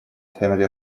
family